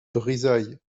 brizailles